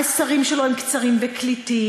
המסרים שלו הם קצרים וקליטים.